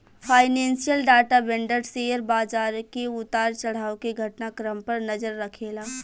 financial data vendor share बाजार के उतार चढ़ाव के घटना क्रम पर नजर रखेला